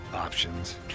options